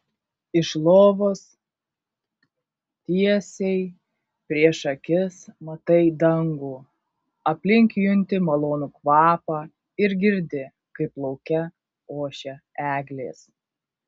iš lovos tiesiai prieš akis matai dangų aplink junti malonų kvapą ir girdi kaip lauke ošia eglės